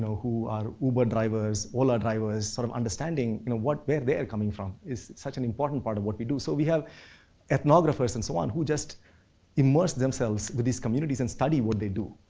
who are uber drivers, ola drivers sort of understanding you know where they are coming from, it's such an important part of what we do. so, we have ethnographers and so on who just immerse themselves with these communities and study what they do,